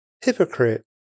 Hypocrite